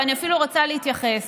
ואני אפילו רוצה להתייחס.